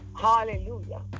hallelujah